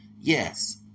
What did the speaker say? yes